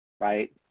right